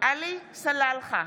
עלי סלאלחה,